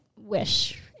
wish